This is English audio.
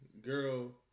girl